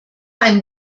ein